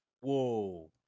whoa